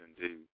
indeed